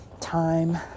time